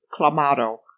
Clamato